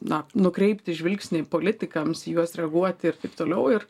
na nukreipti žvilgsnį politikams juos reaguoti ir taip toliau ir